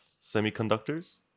semiconductors